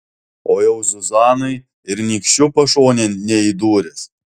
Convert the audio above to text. o jau zuzanai ir nykščiu pašonėn neįdūręs